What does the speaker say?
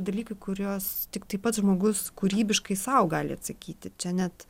dalykai kuriuos tiktai pats žmogus kūrybiškai sau gali atsakyti čia net